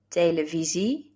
televisie